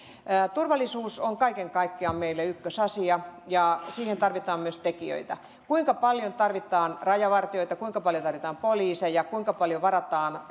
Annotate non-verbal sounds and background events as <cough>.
turvallisuus on kaiken kaikkiaan meille ykkösasia ja siihen tarvitaan myös tekijöitä kuinka paljon tarvitaan rajavartijoita kuinka paljon tarvitaan poliiseja kuinka paljon varataan <unintelligible>